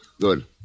Good